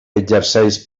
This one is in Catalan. exerceix